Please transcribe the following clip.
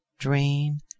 Drain